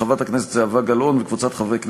של חבר הכנסת דב חנין וקבוצת חברי הכנסת,